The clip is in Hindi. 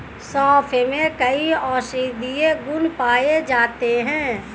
सोंफ में कई औषधीय गुण पाए जाते हैं